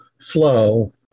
flow